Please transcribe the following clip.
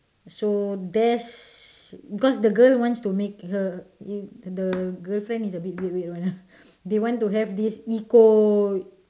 so that's because the girl wants to make her the girlfriend is a bit weird weird one ah they want to have this eco